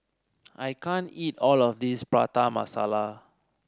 I can't eat all of this Prata Masala